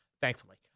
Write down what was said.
thankfully